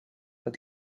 but